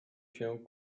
się